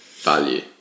value